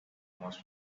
most